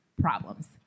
problems